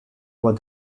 were